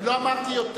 אני לא אמרתי יותר.